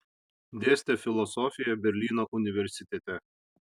dėstė filosofiją berlyno universitete